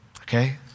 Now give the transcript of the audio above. okay